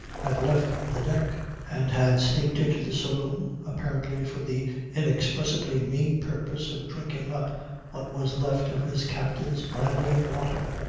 had left the deck and had sneaked into the saloon, apparently for the inexpressibly mean purpose of drinking up what was left of his captain's brandy-and water.